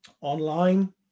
online